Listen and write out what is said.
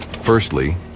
Firstly